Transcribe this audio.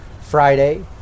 friday